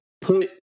put